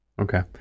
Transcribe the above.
Okay